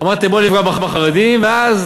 אמרתם: בואו נפגע בחרדים, ואז